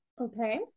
okay